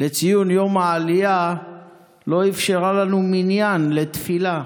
לציון יום העלייה לא אפשרה לנו מניין לתפילה,